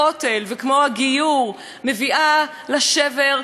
מביאים לשבר שיהיה גדול יותר,